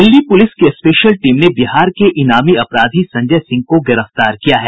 Delhi police की special team ने बिहार के इनामी अपराधी संजय सिंह को गिरफ्तार किया है